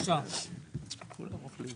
קודם כל,